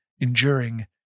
enduring